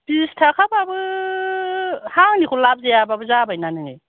बिस थाखा बाबो हा आंनिखौ लाभ जायाबाबो जाबाय ना नोङो